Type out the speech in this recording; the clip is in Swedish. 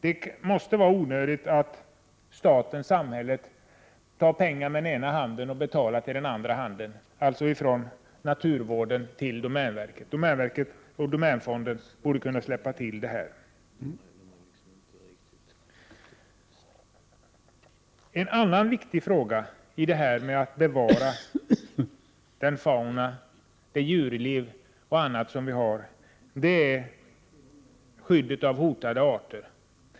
Det måste vara onödigt att staten tar pengar med den ena handen och betalar till den andra, dvs. från naturvården till domänverket. Domänverket och domänfonden borde kunna släppa till denna mark. En annan viktig fråga när det gäller att bevara flora, fauna och annat är skyddet av hotade arter.